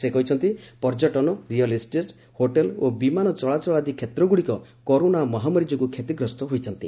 ସେ କହିଛନ୍ତି ପର୍ଯ୍ୟଟନ ରିଏଲିଇଷ୍ଟେଟ୍ ହୋଟେଲ ଓ ବିମାନ ଚଳାଚଳ ଆଦି କ୍ଷେତ୍ରଗୁଡ଼ିକ କରୋନା ମହାମାରୀ ଯୋଗୁଁ କ୍ଷତିଗ୍ରସ୍ତ ହୋଇଛନ୍ତି